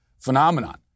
phenomenon